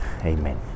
Amen